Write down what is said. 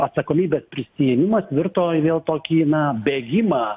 atsakomybės prisiėmimas virto į vėl tokį na bėgimą